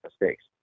mistakes